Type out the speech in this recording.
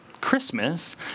Christmas